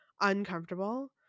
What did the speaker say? uncomfortable